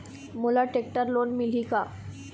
मोला tractor loan मिलही का?